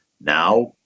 Now